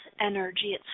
energy